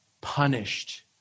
punished